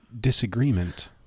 disagreement